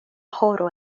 horo